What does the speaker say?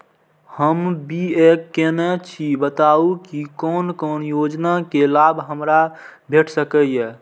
हम बी.ए केनै छी बताबु की कोन कोन योजना के लाभ हमरा भेट सकै ये?